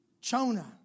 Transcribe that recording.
Jonah